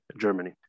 Germany